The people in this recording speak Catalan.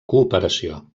cooperació